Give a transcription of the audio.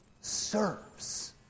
serves